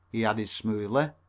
he added smoothly.